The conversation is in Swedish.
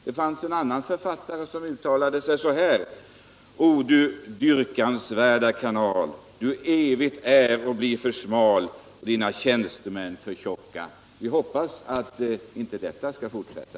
Det fanns en författare som uttalade sig så här: O dyrkansvärda kanal, du evigt är och blir för smal och dina tjänstemän för tjocka. Vi hoppas att detta förhållande inte skall fortsätta.